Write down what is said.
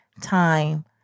time